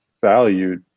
valued